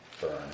burn